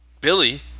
Billy